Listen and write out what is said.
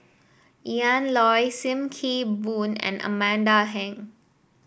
Ian Loy Sim Kee Boon and Amanda Heng